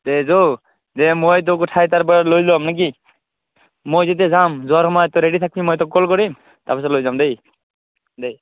দে য' দে মই তোক উঠাই তাৰ পৰা লৈ ল'ম নে কি মই যেতিয়া যাম যোৱাৰ সময়ত তই ৰেডী থাকিবি মই তোক কল কৰিম তাৰ পিছত লৈ যাম দেই দেই